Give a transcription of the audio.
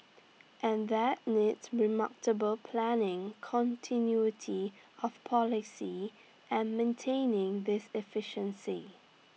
and that needs remarkable planning continuity of policy and maintaining this efficiency